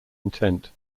intent